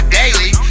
daily